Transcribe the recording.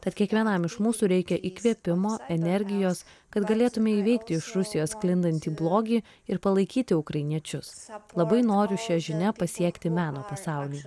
tad kiekvienam iš mūsų reikia įkvėpimo energijos kad galėtume įveikti iš rusijos sklindantį blogį ir palaikyti ukrainiečius labai noriu šia žinia pasiekti meno pasaulį